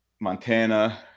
Montana